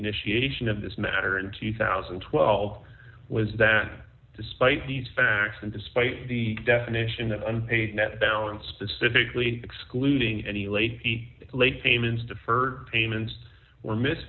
initiation of this matter in two thousand and twelve was that despite these facts and despite the definition that unpaid net down specifically excluding any late late payments deferred payments or miss